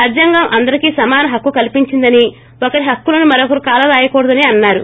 రాజ్యాంగం అందరికీ సమాన హక్కు కల్పించిందని ఒకరి హక్కులను మరొకరు కాలరాయకూడదని అన్నారు